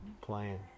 playing